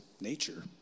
nature